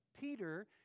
Peter